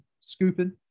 Scooping